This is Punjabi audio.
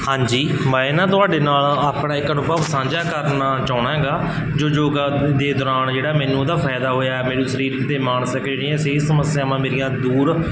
ਹਾਂਜੀ ਮੈਂ ਨਾ ਤੁਹਾਡੇ ਨਾਲ ਆਪਣਾ ਇੱਕ ਅਨੁਭਵ ਸਾਂਝਾ ਕਰਨਾ ਚਾਹੁੰਦਾ ਹੈਗਾ ਜੋ ਯੋਗਾ ਦੇ ਦੌਰਾਨ ਜਿਹੜਾ ਮੈਨੂੰ ਉਹਦਾ ਫਾਇਦਾ ਹੋਇਆ ਮੈਨੂੰ ਸਰੀਰਕ ਅਤੇ ਮਾਨਸਿਕ ਜਿਹੜੀਆਂ ਸਿਹਤ ਸਮੱਸਿਆਵਾਂ ਮੇਰੀਆਂ ਦੂਰ